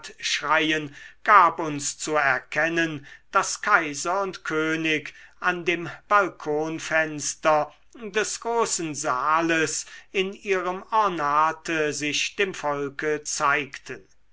gab uns zu erkennen daß kaiser und könig an dem balkonfenster des großen saales in ihrem ornate sich dem volke zeigten